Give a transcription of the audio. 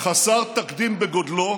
חסר תקדים בגודלו,